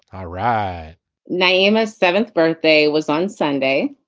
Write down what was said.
um ah name is seventh birthday was on sunday.